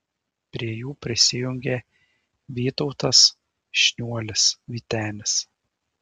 prie jų prisijungė vytautas šniuolis vytenis